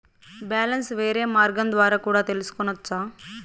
Balance వేరే మార్గం ద్వారా కూడా తెలుసుకొనొచ్చా?